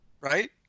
Right